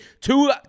two